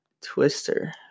twister